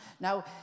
Now